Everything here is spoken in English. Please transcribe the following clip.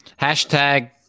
Hashtag